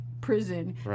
prison